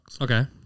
Okay